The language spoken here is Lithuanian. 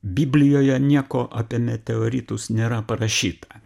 biblijoje nieko apie meteoritus nėra parašyta